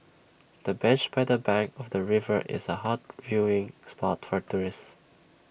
the bench by the bank of the river is A hot viewing spot for tourists